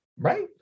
Right